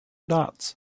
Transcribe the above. dots